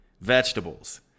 vegetables